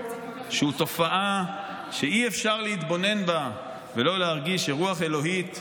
שהוא תופעה שאי-אפשר להתבונן בה ולא להרגיש שרוח אלוהית,